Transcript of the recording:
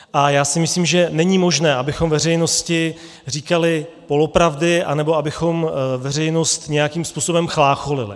A já si myslím, že není možné, abychom veřejnosti říkali polopravdy nebo abychom veřejnost nějakým způsobem chlácholili.